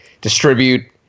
distribute